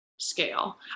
scale